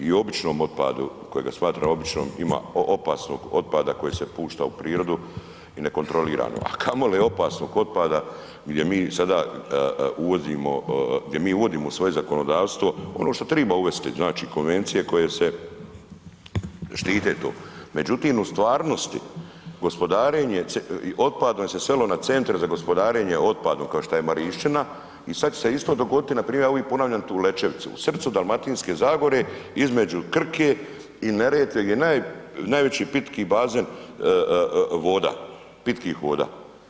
Pa mi i običnom otpadu, kojega smatramo običnim ima opasnog otpada koji se pušta u prirodu i ne kontroliramo, a kamoli opasnog otpada gdje mi sada uvodimo svoje zakonodavstvo, ono što treba uvesti, znači konvencije koje se štite to, međutim u stvarnosti, gospodarenje otpadom se svelo na centre za gospodarenje otpadom, kao što je Marišćina i sad će se isto dogoditi, ja uvijek ponavljam tu Lećevicu, u srcu Dalmatinke zagore, između Krke i Neretve, gdje najveći pitki bazen voda, pitkih voda.